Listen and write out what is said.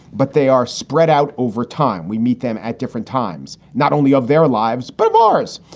but they are spread out over time. we meet them at different times, not only of their lives, but bars.